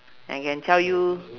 I can tell you